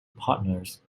partners